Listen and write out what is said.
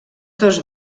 dos